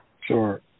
Sure